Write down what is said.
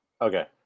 Okay